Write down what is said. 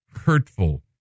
hurtful